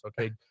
Okay